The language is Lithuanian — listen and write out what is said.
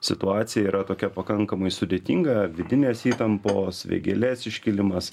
situacija yra tokia pakankamai sudėtinga vidinės įtampos vėgėlės iškilimas